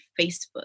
Facebook